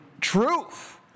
truth